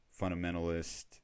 fundamentalist